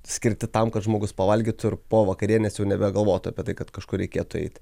skirti tam kad žmogus pavalgytų ir po vakarienės jau nebegalvotų apie tai kad kažkur reikėtų eiti